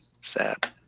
sad